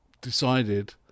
decided